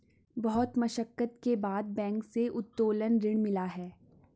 बहुत मशक्कत के बाद बैंक से उत्तोलन ऋण मिला है